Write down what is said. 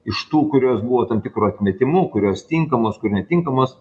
iš tų kurios buvo tam tikru atmetimu kurios tinkamos kur netinkamos